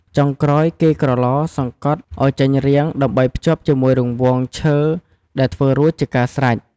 ចុងក្រោយគេក្រឡ សង្កតឲ្យចេញរាង ដើម្បីភ្ជាប់ជាមួយរង្វង់ឈើដែលធ្វើរួចជាការស្រេច។